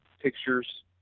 pictures